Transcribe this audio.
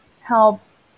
helps